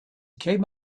came